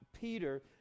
Peter